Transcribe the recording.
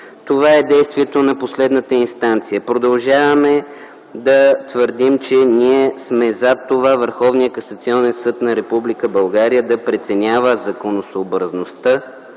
това е действието на последната инстанция. Продължаваме да твърдим, че ние сме за това Върховният касационен съд на Република България да преценява законосъобразността